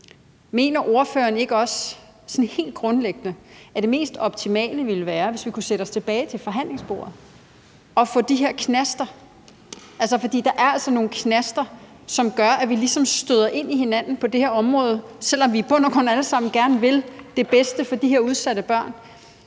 Mener ordføreren ikke også sådan helt grundlæggende, at det mest optimale ville være, hvis vi kunne sætte os tilbage til forhandlingsbordet og få de her knaster ryddet af vejen? For der er altså nogle knaster, som gør, at vi ligesom støder ind i hinanden på det her område, selv om vi i bund og grund alle sammen gerne vil det bedste for de her udsatte børn.